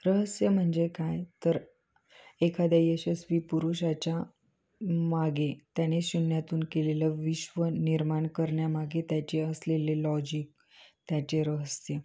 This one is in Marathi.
रहस्य म्हणजे काय तर एखाद्या यशस्वी पुरुषाच्या मागे त्याने शून्यातून केलेलं विश्व निर्माण करण्या्मागे त्याचे असलेले लॉजिक त्याचे रहस्य